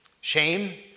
shame